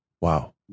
Wow